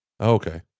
okay